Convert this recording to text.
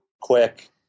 quick